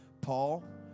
Paul